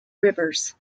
rivers